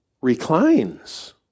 reclines